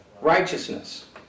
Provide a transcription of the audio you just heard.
Righteousness